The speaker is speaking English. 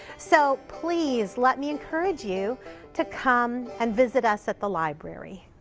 so please let me encourage you to come and visit us at the library.